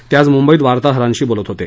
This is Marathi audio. ते आज मुंबईत वार्ताहरांशी बोलत होते